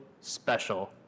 special